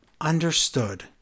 Understood